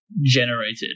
generated